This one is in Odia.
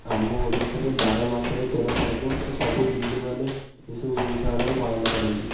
ଆମ ଓଡ଼ିଶାରେ ବାର ମାସରେ ତେର ପର୍ବ ତ ସବୁ ହିନ୍ଦୁମାନେ ଏସବୁ ଜିନିଷ ଗୁଡ଼ାକ ପାଳନ କରନ୍ତି